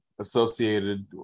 associated